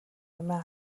амиа